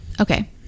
okay